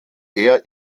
air